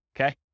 Okay